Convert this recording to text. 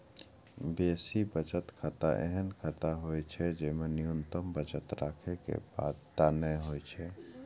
basic बचत खाता एहन खाता होइ छै, जेमे न्यूनतम बचत राखै के बाध्यता नै होइ छै